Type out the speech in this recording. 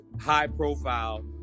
high-profile